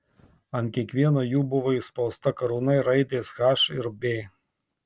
ant kiekvieno jų buvo įspausta karūna ir raidės h ir b